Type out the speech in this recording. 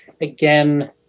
again